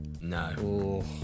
No